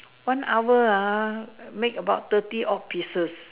one hour ah make about thirty odd pieces